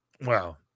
Wow